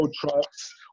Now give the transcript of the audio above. trucks